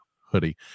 hoodie